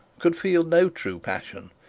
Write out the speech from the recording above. could feel no true passion.